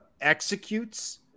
executes